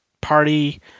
party